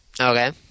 Okay